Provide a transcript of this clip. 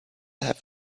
have